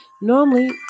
normally